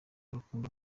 urukundo